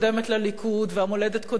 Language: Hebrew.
והמולדת קודמת לקדימה,